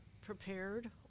prepared